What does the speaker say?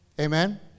Amen